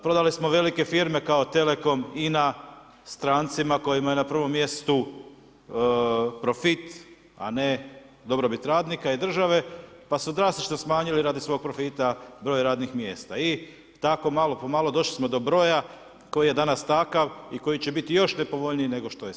Prodali smo velike firme kao Telekom, INA, strancima kojima je na prvom mjestu profit a ne dobrobit radnika i države, pa su drastično smanjili radi svog profita broj radnih mjesta i tako malo po malo došli smo do broja koji je danas takav i koji će biti još nepovoljniji nego što je sad.